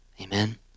Amen